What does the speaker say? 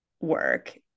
work